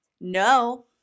no